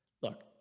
Look